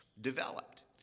developed